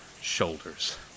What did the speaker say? shoulders